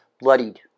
bloodied